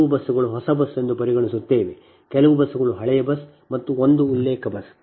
ಕೆಲವು ಬಸ್ಗಳು ಹೊಸ ಬಸ್ ಎಂದು ಪರಿಗಣಿಸುತ್ತೇವೆ ಕೆಲವು ಬಸ್ಗಳು ಹಳೆಯ ಬಸ್ ಮತ್ತು ಒಂದು ಉಲ್ಲೇಖ ಬಸ್